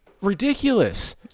ridiculous